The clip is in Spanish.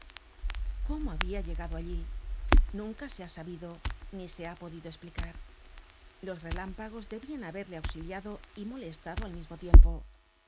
cómo habia llegado allí nunca se ha sabido ni se ha podido esplicar los relámpagos debian haberle auxiliado y molestado al mismo tiempo se